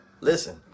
listen